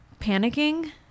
panicking